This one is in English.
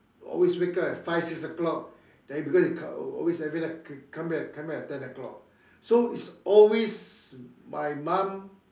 always wake up at five six o-clock then because he co~ always every night come back come back at ten o'clock so is always my mom